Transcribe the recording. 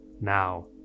now